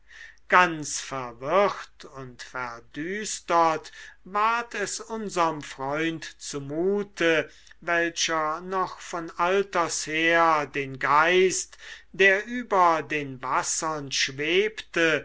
ganz verwirrt und verdüstert ward es unserm freund zumute welcher noch von alters her den geist der über den wassern schwebte